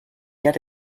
yet